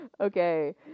Okay